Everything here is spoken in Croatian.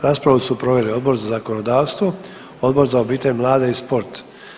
Raspravu su proveli Odbor za zakonodavstvo, Odbor za obitelj, mlade i spor.